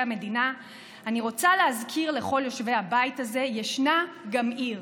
המדינה אני רוצה להזכיר לכל יושבי הבית הזה: ישנה גם עיר.